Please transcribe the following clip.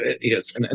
Yes